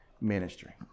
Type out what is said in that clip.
ministry